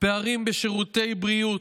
פערים בשירותי בריאות,